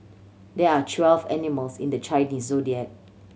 there are twelve animals in the Chinese Zodiac